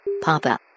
Papa